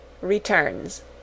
returns